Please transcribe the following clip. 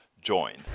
join